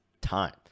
time